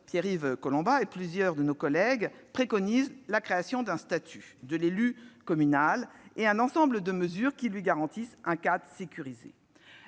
Pierre-Yves Collombat et de plusieurs de nos collègues préconise la création d'un statut de l'élu communal et un ensemble de mesures lui garantissant un cadre sécurisé.